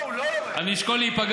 תראה לי את התקנון, אני חולק עליו.